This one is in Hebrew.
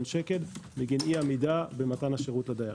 שקלים בגין אי עמידה במתן השירות לדיירים.